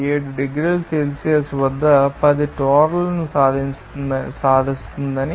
7 డిగ్రీల సెల్సియస్ వద్ద 10 టోర్లను సాధిస్తుందని